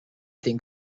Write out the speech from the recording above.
tem